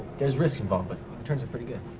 there's risk involved, but the returns are pretty good.